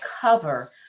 cover